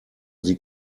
sie